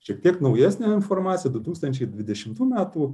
šiek tiek naujesnė informacija du tūkstančiai dvidešimtų metų